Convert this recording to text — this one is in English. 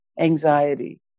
anxiety